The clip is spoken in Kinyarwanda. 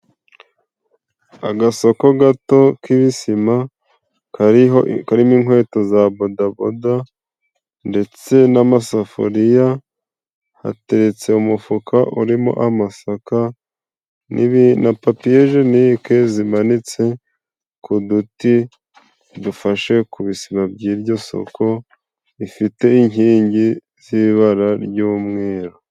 Agasoko gato k'ibisima kariho karimo inkweto za bodaboda ndetse n'amasafuriya hatetse umufuka urimo amasaka na papiyejenike zimanitse ku duti dufashe ku bisima by'iryo soko rifite inkingi z'ibara ry'umweru.